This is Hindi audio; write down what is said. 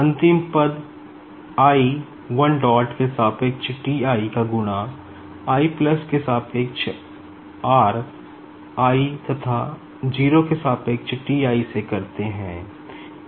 अंतिम पद i 1 dot के सापेक्ष T i का गुणा i plus के सापेक्ष r i तथा 0 के सापेक्ष T i से करते है